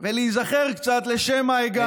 ולהיזכר קצת לשם מה הגענו.